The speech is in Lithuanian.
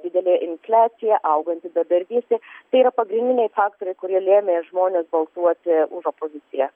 didelė infliacija auganti bedarbystė tai yra pagrindiniai faktoriai kurie lėmė žmones balsuoti už opoziciją